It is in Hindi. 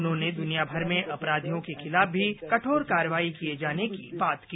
उन्होंने द्नियाभर में अपराधियों के खिलाफ भी कठोर कार्यवाही किये जाने की बात की